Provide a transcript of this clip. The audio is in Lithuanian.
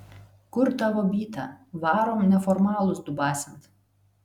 kur tavo byta varom neformalus dubasint